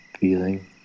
feeling